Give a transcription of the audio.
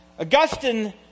Augustine